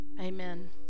Amen